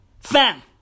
fam